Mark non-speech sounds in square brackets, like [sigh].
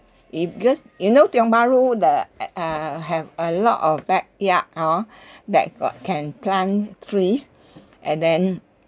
because you know Tiong Bahru the at uh have a lot of backyard hor [breath] that got can plant trees and then